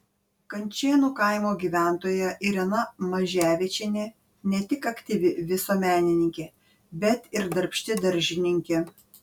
kančėnų kaimo gyventoja irena maževičienė ne tik aktyvi visuomenininkė bet ir darbšti daržininkė